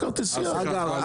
אגב,